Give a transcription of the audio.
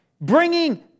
bringing